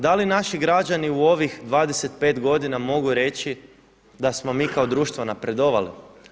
Da li naši građani u ovih 25 godina mogu reći da smo mi kao društvo napredovali.